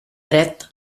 dret